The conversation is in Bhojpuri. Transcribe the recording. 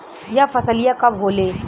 यह फसलिया कब होले?